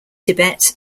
tibet